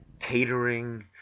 catering